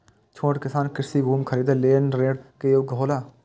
छोट किसान कृषि भूमि खरीदे लेल ऋण के योग्य हौला?